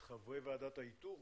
חברי ועדת האיתור?